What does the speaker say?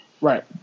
Right